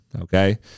okay